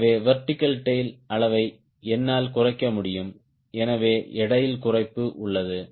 எனவே vertical tail அளவை என்னால் குறைக்க முடியும் எனவே எடையில் குறைப்பு உள்ளது